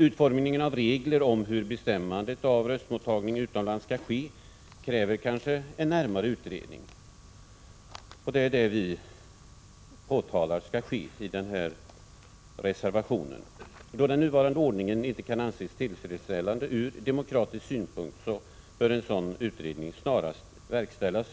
Utformningen av regler om hur bestämmande av röstmottagning utomlands skall ske kräver en närmare utredning, vilket vi framför i vår reservation. Då den nuvarande ordningen inte kan anses tillfredsställande ur demokratisk synpunkt, bör enligt vår mening en sådan utredning snarast verkställas,